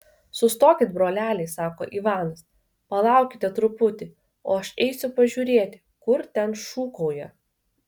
sustokit broleliai sako ivanas palaukite truputį o aš eisiu pažiūrėti kur ten šūkauja